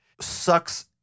sucks